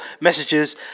messages